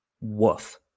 woof